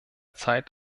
zeit